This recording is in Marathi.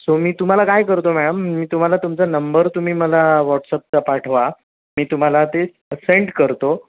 सो मी तुम्हाला काय करतो मॅळम मी तुम्हाला तुमचा नंबर तुम्ही मला वॉट्सअपचा पाठवा मी तुम्हाला ते सेंड करतो